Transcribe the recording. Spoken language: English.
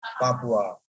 Papua